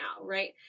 right